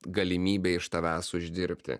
galimybę iš tavęs uždirbti